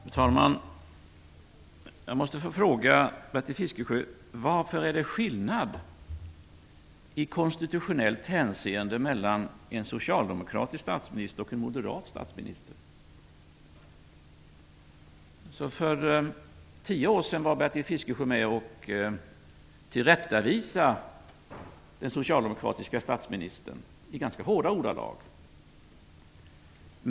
Fru talman! Jag måste få fråga Bertil Fiskesjö: Vad är det som skiljer i konstitutionellt hänseende mellan en socialdemokratisk statsminister och en moderat statsminister? För tio år sedan var Bertil Fiskesjö med om att tillrättavisa den socialdemokratiske statsministern i ganska hårda ordalag.